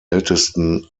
ältesten